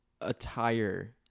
attire